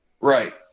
Right